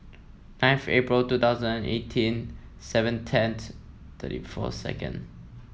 ninth April two thousand and eighteen seven tenth thirty four second